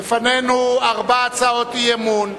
בפנינו ארבע הצעות אי-אמון.